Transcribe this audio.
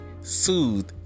soothe